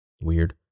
weird